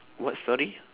what story